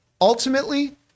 Ultimately